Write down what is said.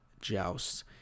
joust